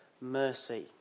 mercy